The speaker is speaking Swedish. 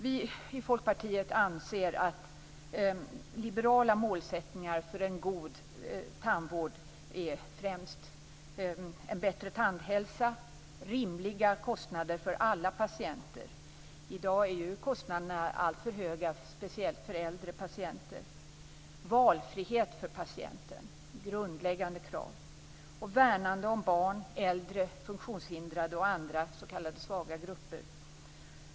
Vi i Folkpartiet anser att de liberala målsättningarna för en god tandvård främst är en bättre tandhälsa och rimliga kostnader för alla patienter. I dag är kostnaderna alltför höga, speciellt för äldre patienter. Valfrihet för patienten är ett grundläggande krav, liksom värnandet om barn, äldre, funktionshindrade och andra s.k. svaga grupper.